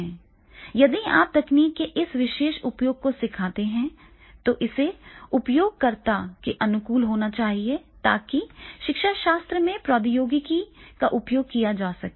यदि आप तकनीक के इस विशेष उपयोग को सिखाते हैं तो इसे उपयोगकर्ता के अनुकूल होना चाहिए ताकि शिक्षाशास्त्र में प्रौद्योगिकी का उपयोग किया जा सके